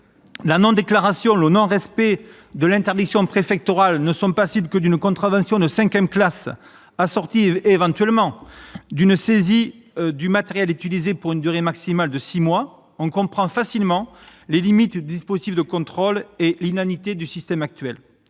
de déclaration ou le non-respect de l'interdiction préfectorale ne sont passibles que d'une contravention de cinquième classe, éventuellement assortie d'une saisie du matériel utilisé pour une durée maximale de six mois, on mesure facilement les limites du dispositif de contrôle et l'inanité du système actuel.